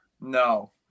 No